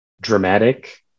dramatic